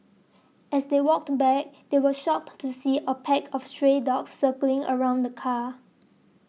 as they walked back they were shocked to see a pack of stray dogs circling around the car